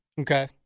Okay